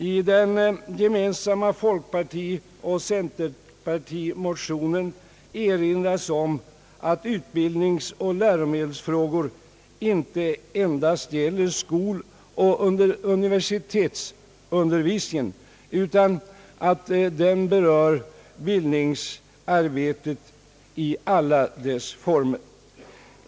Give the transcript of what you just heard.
I den gemensamma folkpartioch centerpartimotionen erinras om att utbildningsoch läromedelsfrågor inte endast gäller skoloch universitetsundervisningen utan berör bildningsarbete i alla dess former.